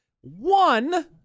one